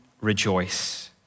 rejoice